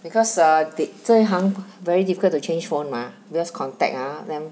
because uh they 这一行 very difficult to change phone mah because contact ah then